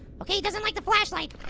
okay, he doesn't like the flashlight.